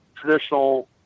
traditional